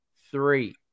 Three